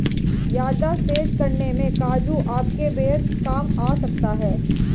याददाश्त तेज करने में काजू आपके बेहद काम आ सकता है